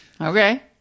okay